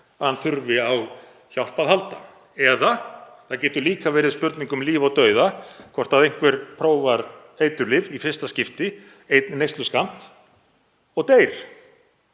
að hann þurfi á hjálp að halda. Það getur líka verið spurning um líf og dauða hvort einhver prófar eiturlyf í fyrsta skipti, einn neysluskammt, og deyr.